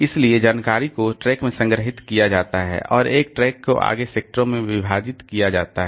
इसलिए जानकारी को ट्रैक में संग्रहीत किया जाता है और एक ट्रैक को आगे सेक्टरों में विभाजित किया जाता है